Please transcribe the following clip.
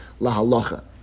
lahalacha